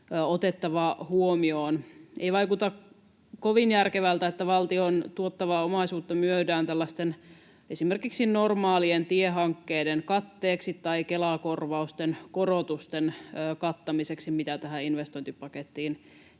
otettava huomioon. Ei vaikuta kovin järkevältä, että valtion tuottavaa omaisuutta myydään tällaisten, esimerkiksi normaalien tiehankkeiden katteeksi tai Kela-korvausten korotusten kattamiseksi, mitä tähän investointipakettiin